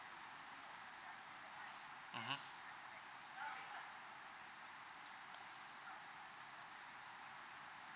mmhmm